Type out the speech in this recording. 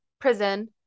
prison